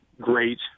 great